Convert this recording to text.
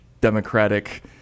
democratic